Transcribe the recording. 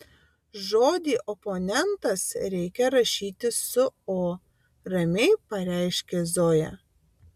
žodį oponentas reikia rašyti su o ramiai pareiškė zoja